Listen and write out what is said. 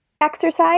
exercise